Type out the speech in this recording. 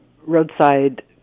roadside